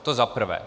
To za prvé.